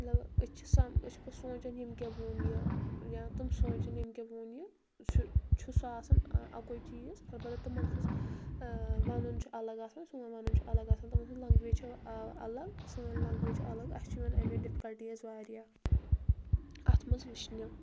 مطلب أسۍ چھِ سم أسۍ چھِ پتہٕ سونٛچھان ییٚمۍ کیٛاہ وون یہِ یا تِم سونٛچھان ییٚمۍ کیٛاہ وون یہِ چھُ چھُ سُہ آسان اکوے چیٖز البتہ تِمن ہٕنٛز ونُن چھُ الگ آسان سون ونُن چھُ الگ آسان تِمن ہٕنٛز لنٛگویج چھِ الگ سٲنۍ لنٛگویج چھِ الگ اسہِ چھِ یِوان امے ڈفکلٹیٖز واریاہ اتھ منٛز وٕچھنہٕ